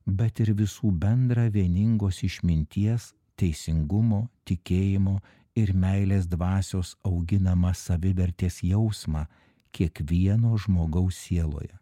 bet ir visų bendrą vieningos išminties teisingumo tikėjimo ir meilės dvasios auginamą savivertės jausmą kiekvieno žmogaus sieloje